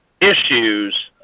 issues